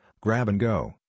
grab-and-go